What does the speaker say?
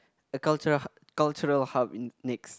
a cultural hub cultural hub next